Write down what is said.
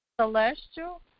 Celestial